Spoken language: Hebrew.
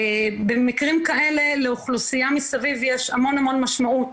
במקרים כאלה, לאוכלוסייה מסביב יש המון משמעות,